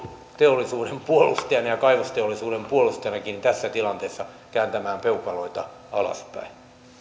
teollisuuden puolustajana ja ja kaivosteollisuuden puolustajanakin tässä tilanteessa kääntämään peukaloita alaspäin